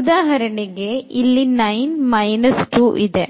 ಉದಾಹರಣೆಗೆ ಇಲ್ಲಿ 9 2